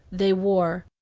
they war.